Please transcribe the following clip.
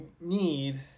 need